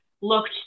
looked